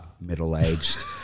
middle-aged